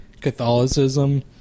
Catholicism